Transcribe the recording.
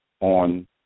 on